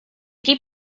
keep